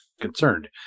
concerned